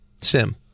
Sim